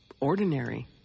Ordinary